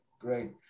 great